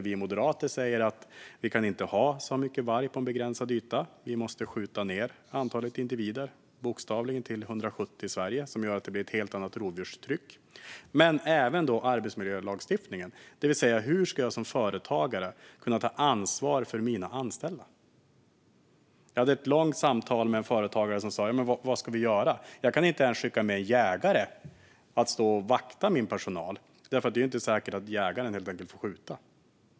Vi moderater sa då att vi inte kan ha så mycket varg på en begränsad yta. Vi måste skjuta av antalet individer i Sverige så att det blir 170. Då blir det ett helt annat rovdjurstryck. Men det är även arbetsmiljölagstiftningen, det vill säga: Hur ska jag som företagare kunna ta ansvar för mina anställda? Jag hade ett långt samtal med en företagare som frågade: Vad ska vi göra? Jag kan inte ens skicka med en jägare som ska stå och vakta min personal, eftersom det inte är säkert att jägaren får skjuta.